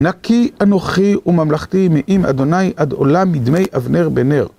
נקי, אנוכי וממלכתי, מעם אדוני עד עולה מדמי אבנר בן נר.